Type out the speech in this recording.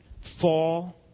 fall